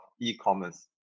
e-commerce